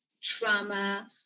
trauma